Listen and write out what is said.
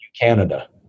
Canada